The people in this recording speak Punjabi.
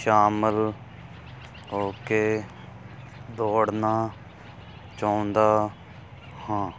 ਸ਼ਾਮਲ ਹੋ ਕੇ ਦੌੜਨਾ ਚਾਹੁੰਦਾ ਹਾਂ